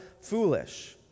foolish